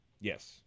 Yes